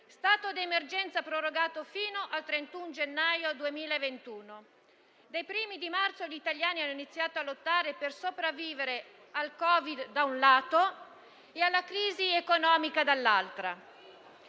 stato prorogato fino al 31 gennaio 2021. Dai primi di marzo gli italiani hanno iniziato a lottare per sopravvivere al Covid-19, da un lato, e alla crisi economica, dall'altro.